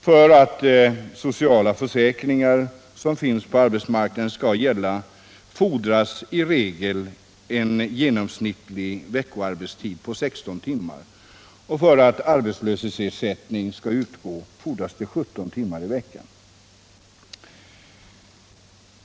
För att de sociala försäkringar som finns på arbetsmarknaden skall gälla fordras det i regel en genomsnittlig veckoarbetstid på 16 timmar, och för att arbetslöshetsersättning skall utgå fordras det 17 timmar i veckan.